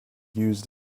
used